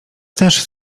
też